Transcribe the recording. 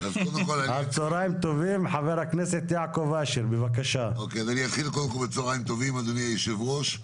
טובים, אדוני היושב-ראש.